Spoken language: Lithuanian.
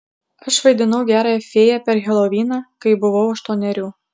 aš vaidinau gerąją fėją per heloviną kai buvau aštuonerių